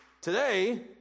Today